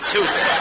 Tuesday